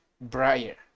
Briar